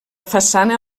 façana